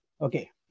Okay